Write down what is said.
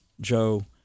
Joe